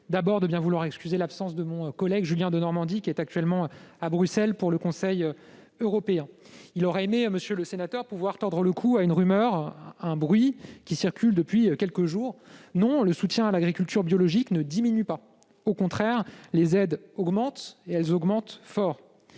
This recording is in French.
d'abord de bien vouloir excuser l'absence de mon collègue Julien Denormandie, qui est actuellement à Bruxelles pour le Conseil européen. Il aurait aimé tordre le cou à une rumeur qui circule depuis quelques jours : non, le soutien à l'agriculture biologique ne diminue pas ! Au contraire, les aides augmentent, et fortement. Nous